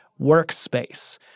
workspace